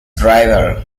driver